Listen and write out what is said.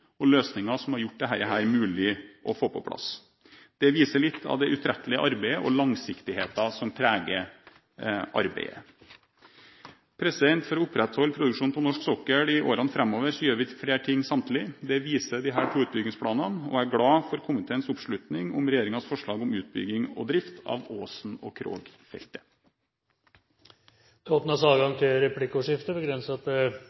og løsninger som har gjort dette mulig å få på plass. Det viser litt av det utrettelige arbeidet og langsiktigheten som preger arbeidet. For å opprettholde produksjonen på norsk sokkel i årene framover gjør vi flere ting samtidig. Det viser disse utbyggingsplanene, og jeg er glad for komiteens oppslutning om regjeringens forslag om utbygging og drift av Ivar Aasen-feltet og